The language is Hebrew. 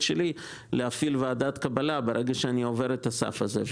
שלי להפעיל ועדת קבלה ברגע שאני עובר את הסף הזה.